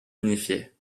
unifiée